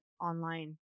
online